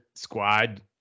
squad